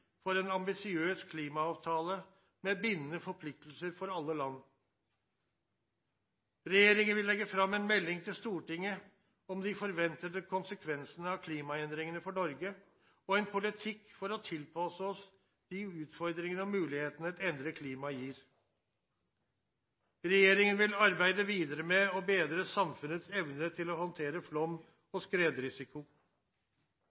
for en ambisiøs klimaavtale med bindende forpliktelser for alle land. Regjeringen vil legge fram en melding til Stortinget om de forventede konsekvensene av klimaendringene for Norge og en politikk for å tilpasse oss de utfordringene og mulighetene et endret klima gir. Regjeringen vil arbeide videre med å bedre samfunnets evne til å håndtere flom-